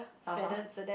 (uh huh)